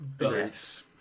Yes